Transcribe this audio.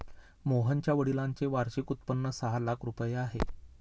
मोहनच्या वडिलांचे वार्षिक उत्पन्न सहा लाख रुपये आहे